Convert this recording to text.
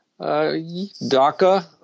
DACA